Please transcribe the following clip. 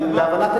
כן,